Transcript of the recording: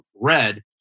Red